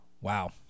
Wow